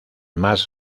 más